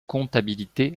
comptabilité